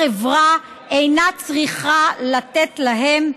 החברה אינה צריכה לתת להם מאומה.